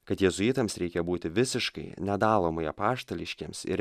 kad jėzuitams reikia būti visiškai nedalomai apaštališkiems ir